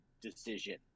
decision